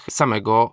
samego